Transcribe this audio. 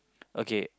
okay